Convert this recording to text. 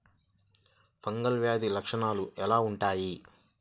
Fungal వ్యాధి లక్షనాలు ఎలా వుంటాయి?